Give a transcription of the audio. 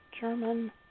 German